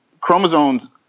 chromosomes